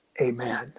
Amen